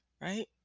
right